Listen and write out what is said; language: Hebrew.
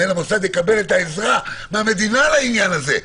מנהל המוסד יקבל את העזרה מהמדינה לעניין הזה.